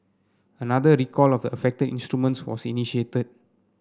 another recall of the affected instruments was initiated